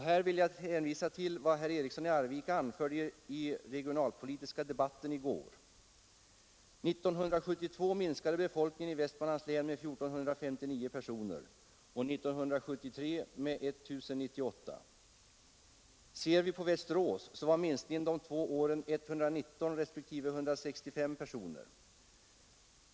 Här vill jag hänvisa till vad herr Eriksson i Arvika anförde i den regionalpolitiska debatten i går. År 1972 minskade befolkningen i Västmanlands län med 1459 personer och 1973 med 1 098. Ser vi på Västerås så finner vi att minskningen de här två åren var 119 respektive 165 personer.